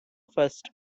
first